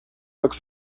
looks